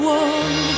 one